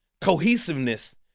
cohesiveness